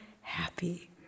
happy